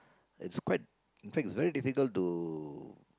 it's quite in fact is very difficult to